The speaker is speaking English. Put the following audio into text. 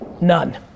None